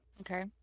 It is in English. Okay